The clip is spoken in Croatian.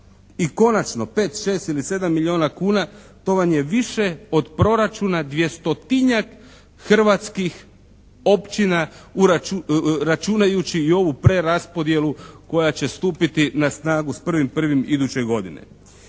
I konačno, 5, 6 ili 7 milijuna kuna to vam je više od proračuna 200-tinjak hrvatskih općina računajući i ovu preraspodjelu koja će stupiti na snagu s 1.1. iduće godine.